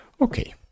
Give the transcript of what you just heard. Okay